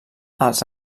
als